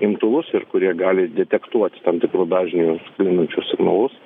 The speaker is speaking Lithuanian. imtuvus ir kurie gali detektuoti tam tikrų dažnių minučių signalus